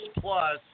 plus